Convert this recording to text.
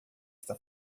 está